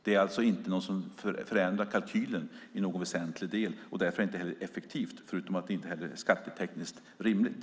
Det är alltså inte något som förändrar kalkylen i någon väsentlig del, och därför är det inte heller effektivt, förutom att det inte är skattetekniskt rimligt.